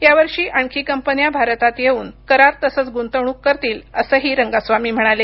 यावर्षी आणखी कंपन्या भारतात येऊन करार तसंच गुंतवणूक करतील असंही रंगास्वामी म्हणाले